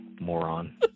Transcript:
moron